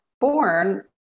born